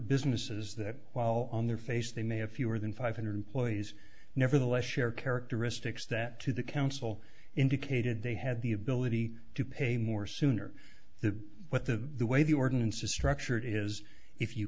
businesses that while on their face they may have fewer than five hundred employees nevertheless share characteristics that to the council indicated they had the ability to pay more sooner the what the way the ordinance is structured is if you